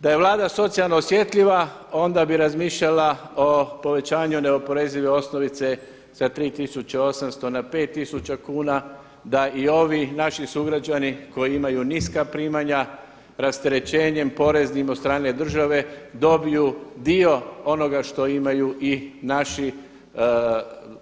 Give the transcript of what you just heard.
Da je Vlada socijalno osjetljiva onda bi razmišljala o povećanju neoporezive osnovice za 3800 na 5000 kuna, da i ovi naši sugrađani koji imaju niska primanja, rasterećenjem poreznim od strane države dobiju dio onoga što imaju i naši